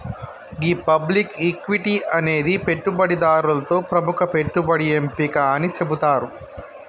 గీ public equity అనేది పెట్టుబడిదారులతో ప్రముఖ పెట్టుబడి ఎంపిక అని సెబుతారు